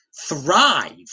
thrive